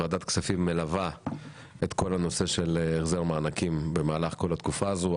וועדת הכספים מלווה את כול הנושא של החזר מענקים במהלך כול התקופה הזאת.